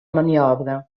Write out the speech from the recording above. maniobra